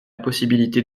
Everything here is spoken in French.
possibilité